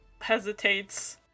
hesitates